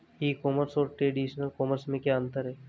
ई commerce और traditional commerce में क्या अंतर है?